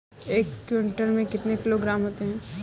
एक क्विंटल में कितने किलोग्राम होते हैं?